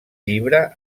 llibre